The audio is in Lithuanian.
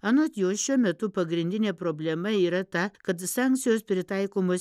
anot jo šiuo metu pagrindinė problema yra ta kad sankcijos pritaikomas